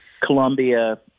colombia